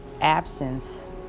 absence